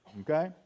okay